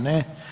Ne.